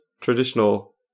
traditional